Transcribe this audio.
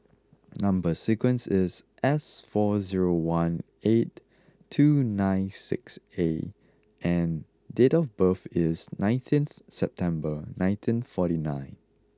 number sequence is S four zero one eight two nine six A and date of birth is nineteen September nineteen forty nine